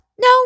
No